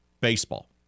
baseball